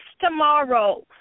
tomorrow